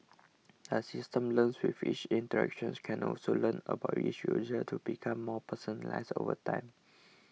the system learns with each interactions can also learn about each user to become more personalised over time